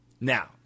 Now